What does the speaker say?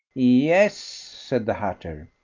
yes, said the hatter.